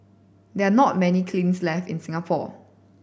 there are not many kilns left in Singapore